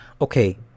okay